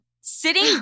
sitting